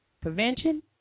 Prevention